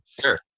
Sure